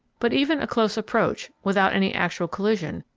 but even a close approach, without any actual collision,